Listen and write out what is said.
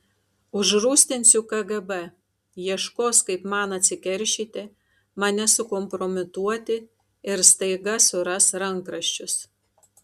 užrūstinsiu kgb ieškos kaip man atsikeršyti mane sukompromituoti ir staiga suras rankraščius